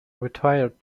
retired